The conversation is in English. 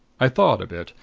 i thawed a bit.